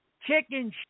chicken